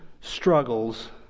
struggles